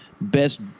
best